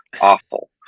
awful